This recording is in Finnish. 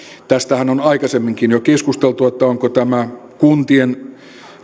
tästähän on jo aikaisemminkin keskusteltu että onko tämä kuntien